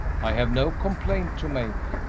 i have no complaint to make.